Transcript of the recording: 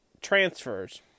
transfers